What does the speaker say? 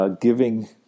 giving